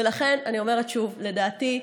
ולכן אני אומרת שוב: לדעתי,